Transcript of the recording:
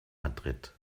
madrid